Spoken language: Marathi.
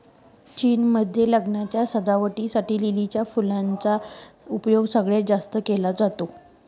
चीन मध्ये लग्नाच्या सजावटी साठी लिलीच्या फुलांचा उपयोग सगळ्यात जास्त केला जातो